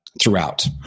throughout